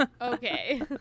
Okay